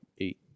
eight